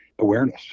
awareness